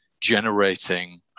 generating